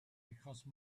because